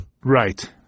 Right